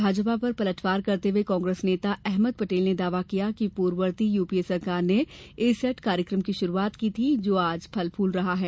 भाजपा पर पलटवार करते हए कांग्रेस नेता अहमद पटेल ने दावा किया कि पूर्ववर्ती यूपीए सरकार ने ए सेट कार्यक्रम की शुरुआत की थी जो आज फल फल रहा है